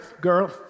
girl